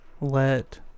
let